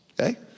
okay